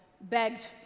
begged